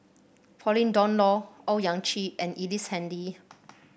Pauline Dawn Loh Owyang Chi and Ellice Handy